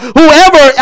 whoever